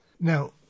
Now